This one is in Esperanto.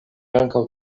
ankaŭ